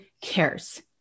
cares